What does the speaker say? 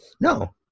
no